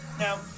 Now